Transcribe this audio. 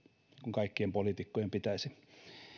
kaikkien poliitikkojen pitäisi